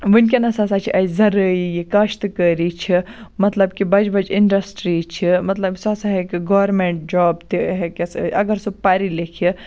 وُِنکیٚنَس ہَسا چھ اَسہِ زرٲعی کاشتہٕ کٲری چھَ مَطلَب کہِ بَجہِ بَجہِ اِنڈَسٹرٛی چھِ مَطلَب سُہ ہَسا ہیٚکہِ گورمِنٹ جاب تہِ ہیٚکَس اَگَر سُہ پَرٕ لیٚکھِ